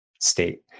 state